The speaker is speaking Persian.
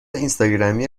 اینستاگرامی